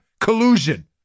collusion